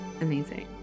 Amazing